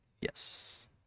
Yes